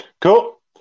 Cool